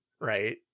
right